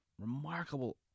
remarkable